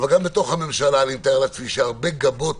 אבל גם בתוך הממשלה אני משער שהרבה גבות